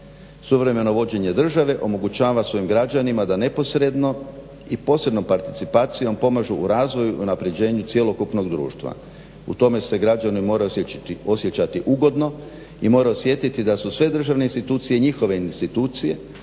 Suvremeno vođenje države omogućava svojim građanima da neposredno i posredno participacijom pomažu u razvoju i unapređenju cjelokupnog društva. U tome se građani moraju osjećati ugodno i moraju osjetiti da su sve državne institucije njihove institucije,